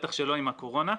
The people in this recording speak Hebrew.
בטח שלא עם הקורונה.